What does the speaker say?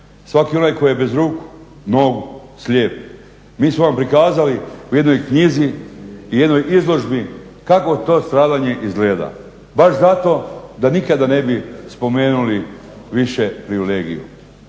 Svaki onaj tko je bez ruku, nogu, slijep mi smo vam prikazali u jednoj knjizi, jednoj izložbi kako to stradanje izgleda baš zato da nikada ne bi spomenuli više privilegiju.